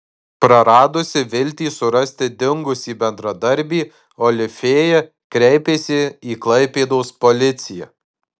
praradusi viltį surasti dingusį bendradarbį olifėja kreipėsi į klaipėdos policiją